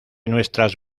nuestras